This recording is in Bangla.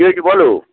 কি হয়েছে বলো